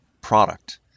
product